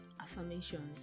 affirmations